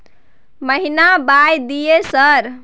महीना बाय दिय सर?